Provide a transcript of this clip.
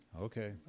Okay